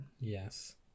yes